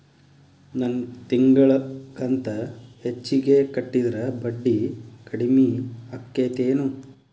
ನನ್ ತಿಂಗಳ ಕಂತ ಹೆಚ್ಚಿಗೆ ಕಟ್ಟಿದ್ರ ಬಡ್ಡಿ ಕಡಿಮಿ ಆಕ್ಕೆತೇನು?